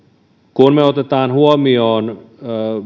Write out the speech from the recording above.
kun me otamme huomioon